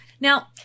now